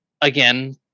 again